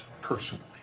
personally